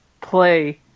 play